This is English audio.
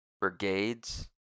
brigades